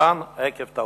במבחן עקב טעות.